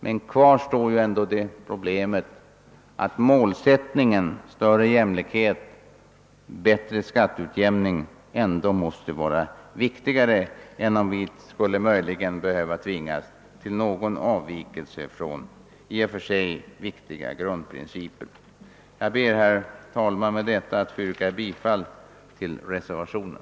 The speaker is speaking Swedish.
Men kvar står problemet att målsättningen större jämlikhet—bättre skatteutjämning måste vara viktigare än någon avvikelse från i och för sig betydelsefulla grundprinciper som vi kan tvingas till. Jag ber, herr talman, att få yrka bifall till reservationen.